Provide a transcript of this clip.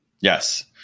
Yes